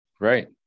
Right